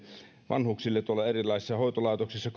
vanhuksille tuolla erilaisissa hoitolaitoksissa